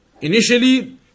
Initially